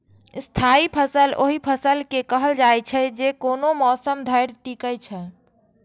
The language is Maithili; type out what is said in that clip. स्थायी फसल ओहि फसल के कहल जाइ छै, जे कोनो मौसम धरि टिकै छै